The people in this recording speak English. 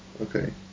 Okay